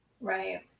Right